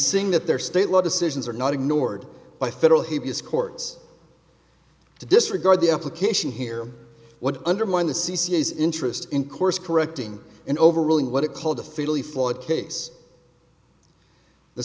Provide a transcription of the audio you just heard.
seeing that their state law decisions are not ignored by federal habeas courts to disregard the application here what undermined the c c s interest in course correcting and overruling what it called the fatally flawed case the